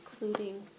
including